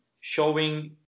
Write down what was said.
showing